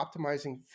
optimizing